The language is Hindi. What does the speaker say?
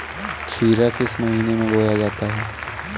खीरा किस महीने में बोया जाता है?